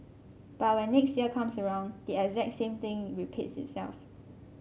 but when next year comes around the exact same thing repeats itself